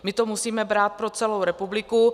My to musíme brát pro celou republiku.